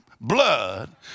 blood